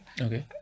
Okay